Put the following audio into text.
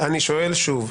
אני שואל שוב.